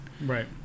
right